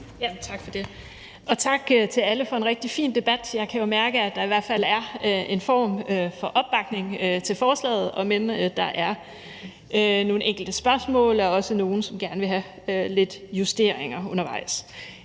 Tak for det, og tak til alle for en rigtig fin debat. Jeg kan jo mærke, at der i hvert fald er en form for opbakning til forslaget, om end der er nogle enkelte spørgsmål og også nogle, som gerne vil have lidt justeringer undervejs.